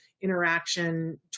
interaction